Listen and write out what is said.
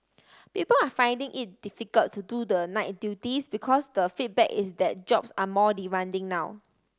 people are finding it difficult to do the night duties because the feedback is that jobs are more demanding now